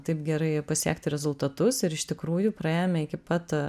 taip gerai pasiekti rezultatus ir iš tikrųjų praėjome iki pat